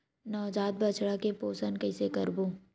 नवजात बछड़ा के पोषण कइसे करबो?